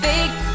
Fake